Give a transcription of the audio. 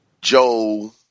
Joe